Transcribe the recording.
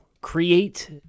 create